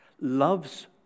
loves